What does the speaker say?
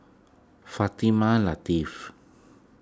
Fatimah Lateef